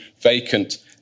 vacant